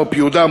מו"פ יהודה,